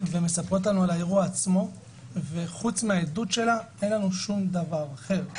ומספרות לנו על האירוע עצמו וחוץ מהעדות שלה אין לנו שום דבר אחר.